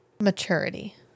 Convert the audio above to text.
maturity